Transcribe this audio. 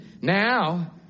now